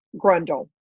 grundle